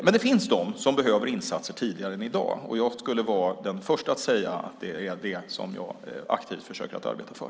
Men det finns de som behöver insatser tidigare än i dag, och jag är den förste att säga att det är det som jag aktivt försöker att arbeta för.